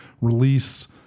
release